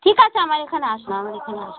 ঠিক আছে আমার এখানে আসুন আমার এখানে আসুন